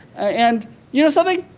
and you know something,